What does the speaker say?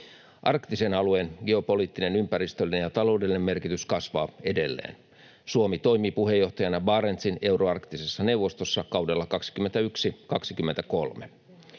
Arktisen alueen geopoliittinen, ympäristöllinen ja taloudellinen merkitys kasvaa edelleen. Suomi toimii puheenjohtajana Barentsin euroarktisessa neuvostossa kaudella 21—23.